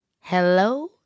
Hello